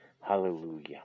Hallelujah